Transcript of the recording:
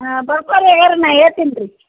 ಆ ಬರ್ಕೋರಿ ಏರ ನಾ ಹೇಳ್ತೀನಿ ರಿ